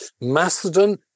Macedon